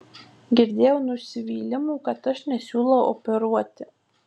girdėjau nusivylimų kad aš nesiūlau operuoti